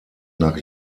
nach